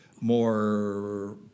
more